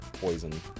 poison